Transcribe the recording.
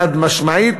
חד-משמעית,